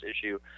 issue